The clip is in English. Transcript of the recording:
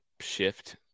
shift